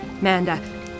Manda